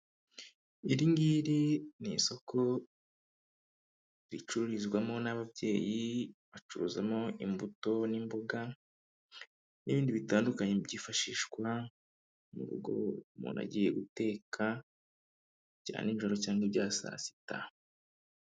Iriringiri ni isoko ricururizwamo n'ababyeyi bacuruzamo imbuto n'imboga n'ibindi bitandukanye byifashishwa murugo umuntu agiye guteka ibya nijoro cyangwa ibya saa sita.